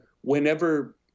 whenever